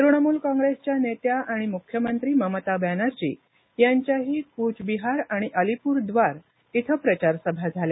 तृणमूल काँग्रेस नेत्या आणि मुख्यमंत्री ममता बॅनर्जी यांच्याही कूचबिहार आणि अलिपूरद्वार इथं प्रचारसभा झाल्या